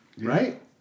Right